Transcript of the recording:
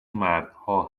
مردها